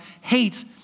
hate